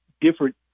different